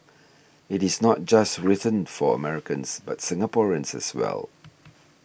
it is not just written for Americans but Singaporeans as well